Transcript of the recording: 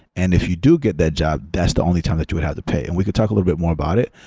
and if you do get that job, that's the only time that you would have to pay. and we could talk a little bit more about it.